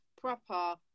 proper